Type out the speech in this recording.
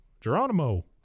Geronimo